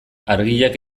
argiak